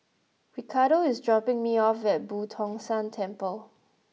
Ricardo is dropping me off at Boo Tong San Temple